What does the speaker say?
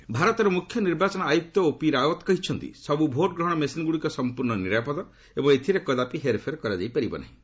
CCC Rawat ଭାରତର ମୁଖ୍ୟ ନିର୍ବାଚନ ଆୟୁକ୍ତ ଓପି ରାଓ୍ୱତ୍ କହିଛନ୍ତି ସବୁ ଭୋଟ୍ଗ୍ରହଣ ମେସିନ୍ଗୁଡ଼ିକ ସମ୍ପର୍ଷ ନିରାପଦ ଏବଂ ଏଥିରେ କଦାପି ହେର୍ଫେର୍ କରାଯାଇପାରିବ ନାହିଁ